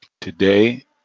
today